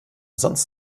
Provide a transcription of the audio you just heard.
sonst